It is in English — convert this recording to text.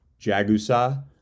Jagusa